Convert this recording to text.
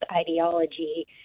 ideology